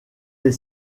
les